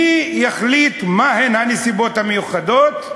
מי יחליט מה הן הנסיבות המיוחדות?